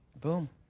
boom